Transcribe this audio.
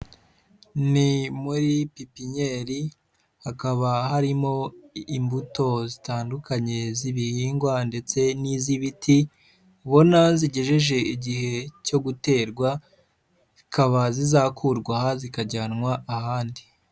Ni muri Pipiniyeri hakaba harimo imbuto zitandukanye z'ibihingwa ndetse n'iz'ibiti, ubona zigejeje igihe cyo guterwa, zikaba zizakurwa aha zikajyanwa ahandi.